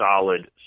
solid